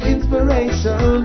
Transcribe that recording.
inspiration